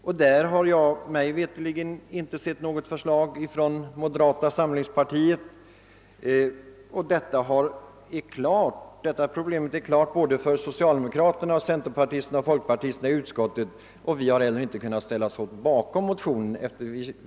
Något förslag till sådan kompensation har veterligen inte framlagts av moderata samlingspartiet. Denna problematik har stått klar för socialdemokraterna, centerpartister och folkpartisterna i utskottet och vi har därför inte kunnat ställa oss bakom motionen.